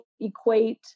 equate